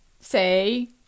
say